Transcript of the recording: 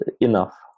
enough